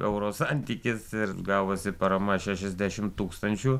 euro santykis ir gavosi parama šešiasdešim tūkstančių